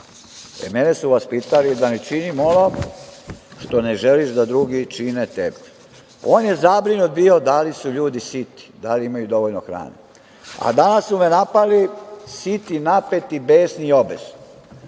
su vaspitali da ne činim ono što ne želiš da drugi čine tebi. On je zabrinut bio da li su ljudi siti, da li imaju dovoljno hrane, a danas su me napali siti, napeti, besni i obesni.